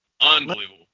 Unbelievable